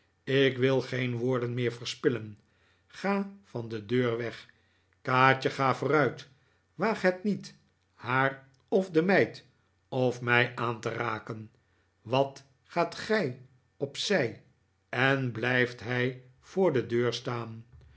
ik wil geen woorden meer verspillen ga van de deur weg kaatje ga vooruit waag het niet haar of de meid of mij aan te raken wat gaat gij op zij en blijft hij voor de deur staan